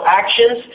actions